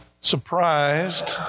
surprised